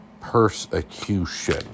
Persecution